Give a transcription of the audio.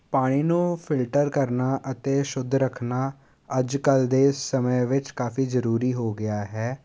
ਪਾਣੀ ਨੂੰ ਫਿਲਟਰ ਕਰਨਾ ਅਤੇ ਸ਼ੁੱਧ ਰੱਖਣਾ ਅੱਜ ਕੱਲ੍ਹ ਦੇ ਸਮੇਂ ਵਿੱਚ ਕਾਫੀ ਜ਼ਰੂਰੀ ਹੋ ਗਿਆ ਹੈ